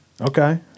Okay